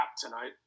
tonight